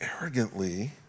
arrogantly